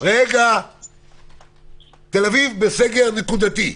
תל אביב בסגר נקודתי,